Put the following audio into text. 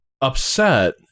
upset